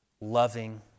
loving